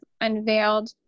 unveiled